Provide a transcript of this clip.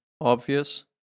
obvious